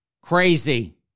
Crazy